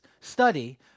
study